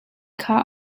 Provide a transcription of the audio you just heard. kha